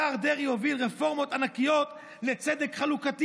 השר דרעי הוביל רפורמות ענקיות לצדק חלוקתי